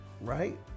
right